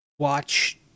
Watch